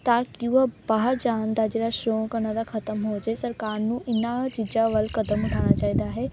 ਤਾਂ ਕਿ ਉਹ ਬਾਹਰ ਜਾਣ ਦਾ ਜਿਹੜਾ ਸ਼ੌਂਕ ਉਹਨਾਂ ਦਾ ਖ਼ਤਮ ਹੋ ਜਾਵੇ ਸਰਕਾਰ ਨੂੰ ਇਹਨਾ ਚੀਜ਼ਾਂ ਵੱਲ ਕਦਮ ਉਠਾਉਣਾ ਚਾਹੀਦਾ ਹੈ